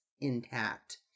intact